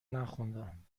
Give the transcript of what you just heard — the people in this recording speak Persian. نخوندم